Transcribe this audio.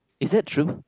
is that true